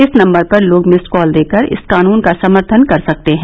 इस नम्बर पर लोग मिस्ड कॉल देकर इस कानून का समर्थन कर सकते हैं